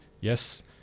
yes